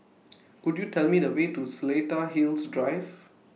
Could YOU Tell Me The Way to Seletar Hills Drive